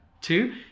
Two